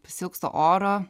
pasiilgstu oro